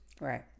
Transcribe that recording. Right